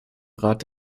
rat